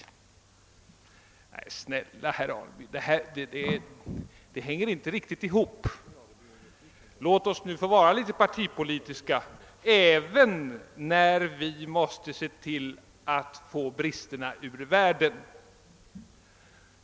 Nej, snälla herr Alemyr, det hänger inte riktigt ihop. Låt oss nu få vara litet partipolitiska även när vi måste se till att få bristerna ur världen!